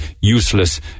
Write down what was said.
useless